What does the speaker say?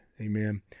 Amen